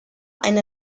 eine